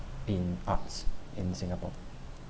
in arts in singapore